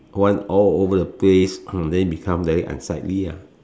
want all over the place ah then become very unsightly ah